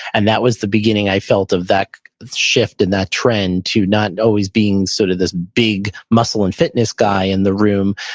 and that was the beginning i felt of that shift and that trend to not always being sort of this big muscle and fitness guy in the room,